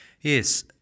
Yes